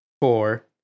four